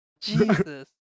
Jesus